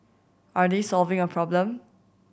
are they solving a problem